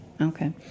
Okay